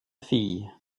fille